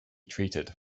treated